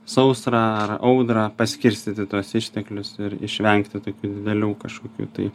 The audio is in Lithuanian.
sausrą ar audrą paskirstyti tuos išteklius ir išvengti tokių didelių kažkokių tai